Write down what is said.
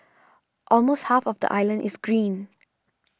almost half of the island is green